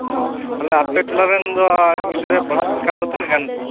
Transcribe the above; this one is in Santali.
ᱚᱦᱚ ᱛᱟᱦᱚᱞᱮ ᱟᱯᱮ ᱴᱚᱞᱟᱨᱮᱱ ᱫᱚ ᱜᱤᱫᱽᱨᱟ ᱯᱟᱲᱦᱟᱜ ᱞᱮᱠᱟᱱ ᱫᱚ ᱛᱤᱱᱟ ᱜ ᱜᱟᱱ ᱟᱠᱚ